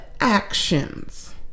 actions